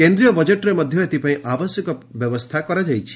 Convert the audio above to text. କେନ୍ଦ୍ରୀୟ ବଜେଟ୍ରେ ମଧ୍ୟ ଏଥିପାଇଁ ଆବଶ୍ୟକ ବ୍ୟବସ୍ଥା କରାଯାଇଛି